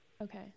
Okay